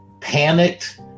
panicked